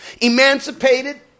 emancipated